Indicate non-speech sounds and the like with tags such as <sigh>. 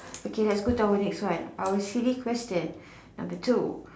<breath> okay let's go to our next one our silly question <breath> number two